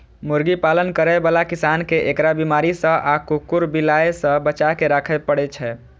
मुर्गी पालन करै बला किसान कें एकरा बीमारी सं आ कुकुर, बिलाय सं बचाके राखै पड़ै छै